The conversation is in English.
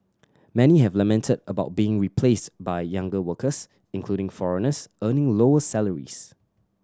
many have lamented about being replaced by younger workers including foreigners earning lower salaries